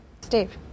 Steve